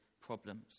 problems